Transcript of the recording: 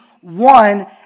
one